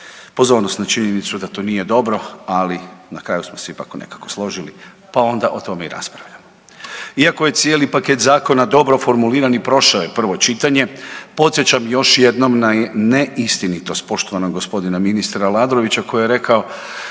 pozornost na činjenicu da to nije dobro, ali na kraju smo se ipak nekako složili, pa onda o tome i raspravljamo. Iako je cijeli paket zakona dobro formuliran i prošao je prvo čitanje, podsjećam još jednom na neistinitost poštovanog gospodina ministra Aladrovića koji je rekao